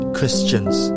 Christians